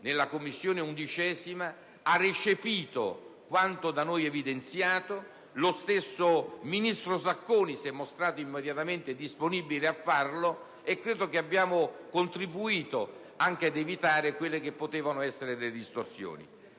11a Commissione, ha recepito quanto da noi evidenziato. Lo stesso ministro Sacconi si è mostrato immediatamente disponibile a farlo e credo che abbiamo contributo anche ad evitare talune distorsioni.